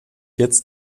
jetzt